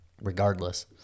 regardless